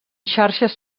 xarxes